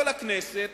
אבל הכנסת